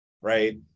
right